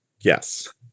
yes